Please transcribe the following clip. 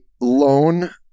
loan